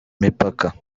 mipaka